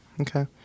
Okay